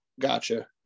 Gotcha